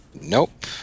Nope